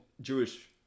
Jewish